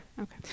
Okay